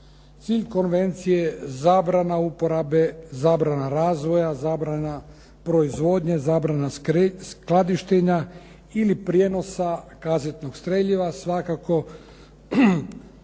Cilj konvencije je zabrana uporabe, zabrana razvoja, zabrana proizvodnje, zabrana skladištenja ili prijenosa kazetnog streljiva.